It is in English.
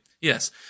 Yes